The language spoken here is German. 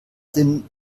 den